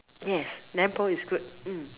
yes lamp post is good